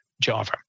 Java